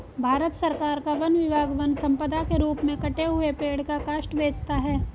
भारत सरकार का वन विभाग वन सम्पदा के रूप में कटे हुए पेड़ का काष्ठ बेचता है